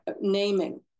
naming